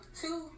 Two